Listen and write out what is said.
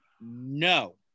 no